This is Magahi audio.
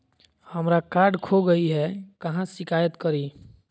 हमरा कार्ड खो गई है, कहाँ शिकायत करी?